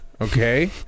Okay